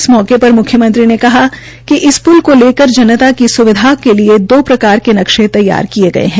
इस मौके पर मुख्यमंत्री ने कहा कि इस प्ल को लेकर जनता की सुविधा के लिए दो प्रकार के नकशे तैयार किये गये है